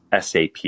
SAP